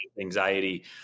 anxiety